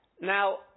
Now